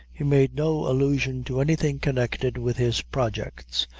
he made no allusion to anything connected with his projects,